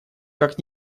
как